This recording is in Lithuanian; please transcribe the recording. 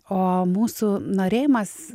o mūsų norėjimas